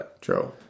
True